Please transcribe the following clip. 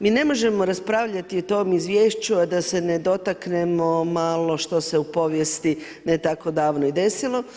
Mi ne možemo raspravljati o tom izvješću, a da se ne dotaknemo malo što se u povijesti ne tako davno i desilo.